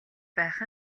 байх